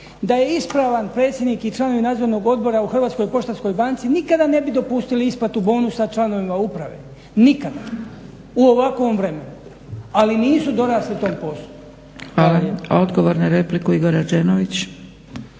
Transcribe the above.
Da je ispravan predsjednik i članovi Nadzornog odbora u Hrvatskoj poštanskoj banci nikada ne bi dopustili isplatu bonusa članovima uprave, nikada u ovakvom vremenu, ali nisu dorasli tom poslu. Hvala lijepa. **Zgrebec, Dragica